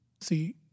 See